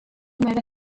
ماذا